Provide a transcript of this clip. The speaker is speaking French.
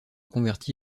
converti